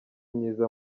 myiza